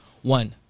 One